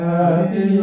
Happy